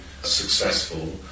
successful